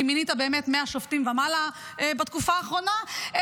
כי מינית באמת 100 שופטים ומעלה בתקופה האחרונה,